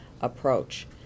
approach